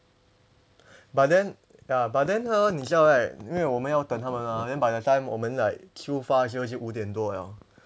but then ya but then hor 你知道 right 因为我们要等他们啊 then by the time 我们 like 出发时候是五点多 liao